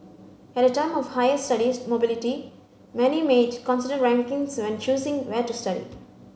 at a time of higher studies mobility many may consider rankings when choosing where to study